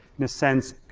in a sense,